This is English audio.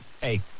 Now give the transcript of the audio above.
hey